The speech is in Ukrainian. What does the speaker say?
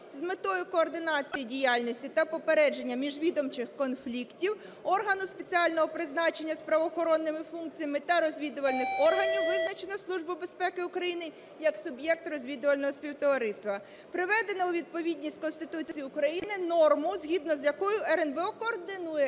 з метою координації діяльності та попередження міжвідомчих конфліктів, органом спеціального призначення з правоохоронними функціями та розвідувальних органів визначено Службу безпеки України як суб’єкт розвідувального співтовариства. Приведено у відповідність Конституції України норму, згідно з якою РНБО координує